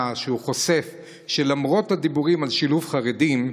שחושף שלמרות הדיבורים על שילוב חרדים,